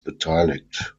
beteiligt